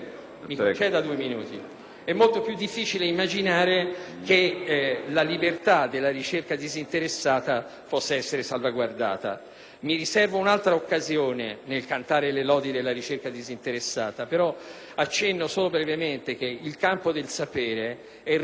è molto più difficile immaginare che la libertà della ricerca disinteressata possa essere salvaguardata. Mi riservo un'altra occasione per cantare le lodi della ricerca disinteressata, mi limito oggi ad accennare brevemente che il campo del sapere è ricco di varianti,